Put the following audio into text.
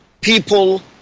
people